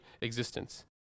existence